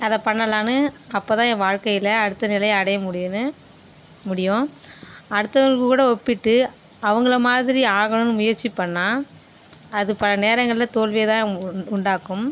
அதை பண்ணலான்னு அப்போ தான் என் வாழ்க்கையில் அடுத்த நிலையை அடையை முடியுன்னு முடியும் அடுத்தவங்க கூட ஒப்பிட்டு அவங்களை மாதிரி ஆகணும்னு முயற்சி பண்ணால் அது பல நேரங்களில் தோல்வியை தான் உண் உண்டாக்கும்